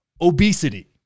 obesity